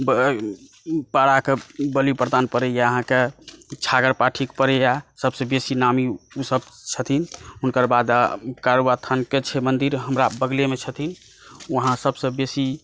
पाड़ाके बलि प्रदान पड़ैए अहाँकेँ छागर पाठीके पड़ैए सभसँ बेसी नामी ओ सभ छथिन हुनकर बाद कारुबाबा स्थानके छै मन्दिर हमरा बगलेमे छथिन वहांँ सभसँ बेसी